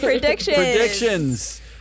Predictions